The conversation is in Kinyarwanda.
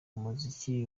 muziki